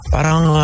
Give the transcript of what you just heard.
Parang